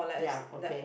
ya okay